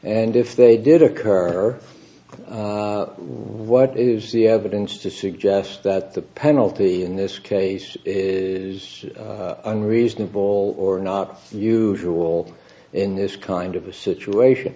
and if they did occur what is the evidence to suggest that the penalty in this case is unreasonable or not usual in this kind of a situation